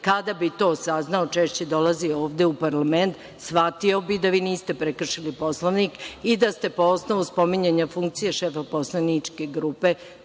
Kada bi to saznao, češće dolazio ovde u parlament, shvatio bi da vi niste prekršili Poslovnik i da ste po osnovu spominjanja funkcije šefa poslaničke grupe